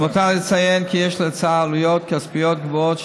למותר לציין כי יש להצעה עלויות כספיות גבוהות,